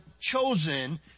chosen